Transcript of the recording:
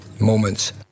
moments